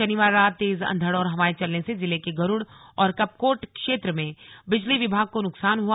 शनिवार रात तेज अंधड़ और हवाएं चलने से जिले के गरुड़ और कपकोट क्षेत्र में बिजली विभाग को नुकसान हआ